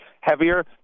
heavier